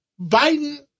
Biden